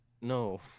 No